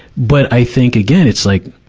but i think, again, it's like,